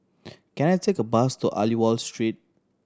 can I take a bus to Aliwal Street